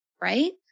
right